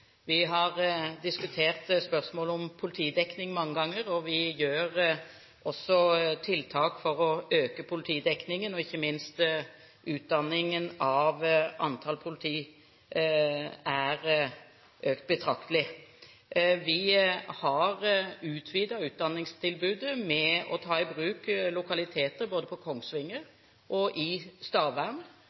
Vi har diskutert spørsmål om politidekning mange ganger, og vi gjør også tiltak for å øke politidekningen. Ikke minst er utdanningen av antall politi økt betraktelig. Vi har utvidet utdanningstilbudet med å ta i bruk lokaliteter både på Kongsvinger og i